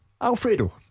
Alfredo